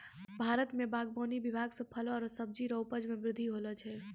भारत मे बागवानी विभाग से फलो आरु सब्जी रो उपज मे बृद्धि होलो छै